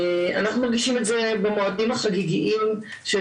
אנחנו מרגישים את זה כן במועדים החגיגיים של